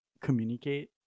communicate